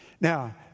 Now